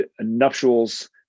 nuptials